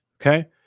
Okay